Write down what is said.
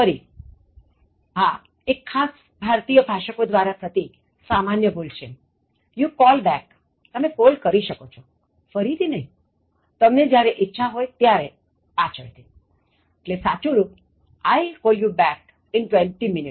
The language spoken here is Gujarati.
ફરીઆ એક ખાસ ભારતીય ભાષકો દ્વારા થતી સામાન્ય ભૂલ છે you call backતમે કોલ કરી શકો છો ફરી થી નહી તમને જ્યારે ઇચ્છા હોય ત્યારે પાછળથી સાચું રુપ I'll call you back in twenty minutes